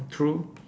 true